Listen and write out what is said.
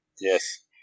Yes